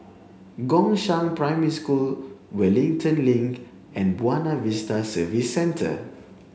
Gongshang Primary School Wellington Link and Buona Vista Service Centre